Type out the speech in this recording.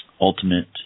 Ultimate